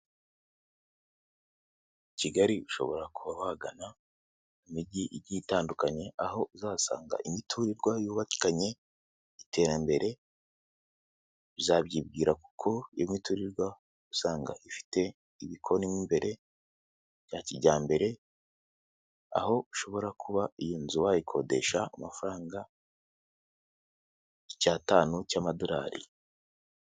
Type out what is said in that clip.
Kigali ushobora kuba wagana imijyi igiye itandukanye, aho uzasanga imiturirwa yubakanye iterambere uzabyibwira kuko imiturirwa usanga ifite ibikoni mu imbere bya kijyambere, aho ushobora kuba iyo nzu wayikodesha ku mafaranga icyatanu cy'amadolari.